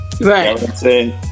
Right